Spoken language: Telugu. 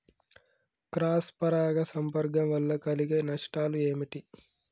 క్రాస్ పరాగ సంపర్కం వల్ల కలిగే నష్టాలు ఏమిటి?